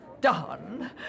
done